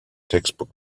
textbook